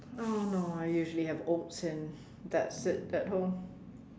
oh no I usually have oats that's it at home